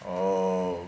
oh